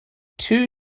two